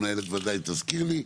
המנהלת ודאי תזכיר לי,